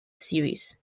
series